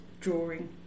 drawing